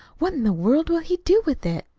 what in the world will he do with it?